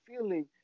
feeling